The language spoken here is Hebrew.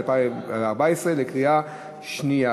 בקריאה שנייה.